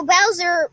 Bowser